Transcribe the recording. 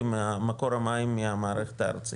עם מקור המים מהמערכת הארצית